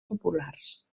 populars